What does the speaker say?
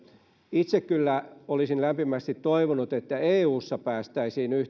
itse kyllä olisin lämpimästi toivonut että eussa päästäisiin